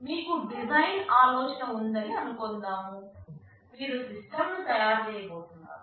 మీకు డిజైన్ ఆలోచన ఉందని అనుకుందాం మీరు సిస్టమ్ను తయారు చేయబోతున్నారు